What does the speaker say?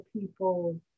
people